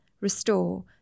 restore